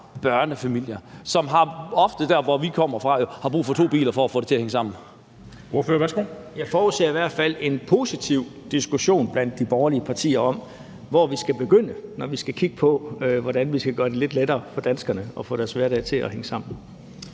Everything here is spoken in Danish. hænge sammen. Kl. 15:49 Formanden : Ordføreren. Værsgo. Kl. 15:49 Søren Pape Poulsen (KF) : Jeg forudser i hvert fald en positiv diskussion blandt de borgerlige partier om, hvor vi skal begynde, når vi skal kigge på, hvordan vi skal gøre det lidt lettere for danskerne at få deres hverdag til at hænge sammen.